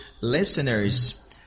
listeners